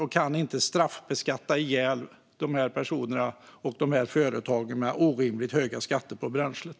Då kan vi inte straffbeskatta ihjäl de här personerna och företagen med orimligt höga skatter på bränslet.